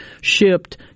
shipped